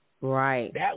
Right